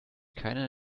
keine